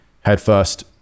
headfirst